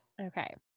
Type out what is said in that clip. Okay